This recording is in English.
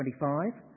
25